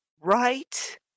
right